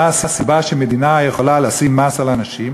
מה הסיבה שמדינה יכולה לשים מס על אנשים,